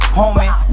homie